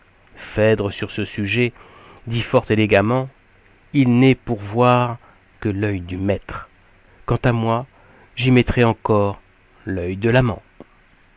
phèdre sur ce sujet dit fort élégamment il n'est pour voir que l'œil du maître quant à moi j'y mettrais encor l'œil de l'amant